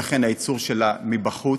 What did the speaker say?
ולכן הייצור שלה מבחוץ,